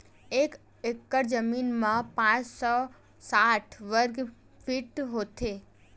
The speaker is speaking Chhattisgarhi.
एक एकड़ जमीन मा पांच सौ साठ वर्ग फीट होथे